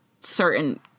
certain